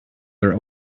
were